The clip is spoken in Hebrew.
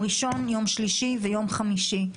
ביום ראשון, ביום שלישי וביום חמישי.